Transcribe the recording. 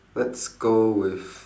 let's go with